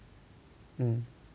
mm